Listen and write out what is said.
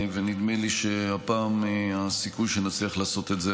ונדמה לי שהפעם הסיכוי שנצליח לעשות את זה,